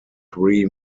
three